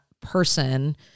person